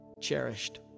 cherished